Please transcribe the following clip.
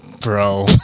Bro